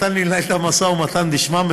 האוצר נתן לי לנהל את המשא ומתן בשמם,